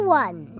one